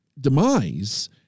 demise